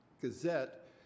Gazette